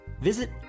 Visit